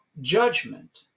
judgment